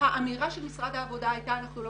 האמירה של משרד העבודה הייתה אנחנו לא